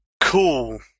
Cool